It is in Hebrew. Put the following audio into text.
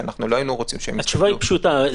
לא היינו רוצים שהם --- התשובה פשוטה,